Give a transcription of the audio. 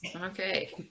Okay